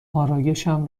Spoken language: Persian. آرایشم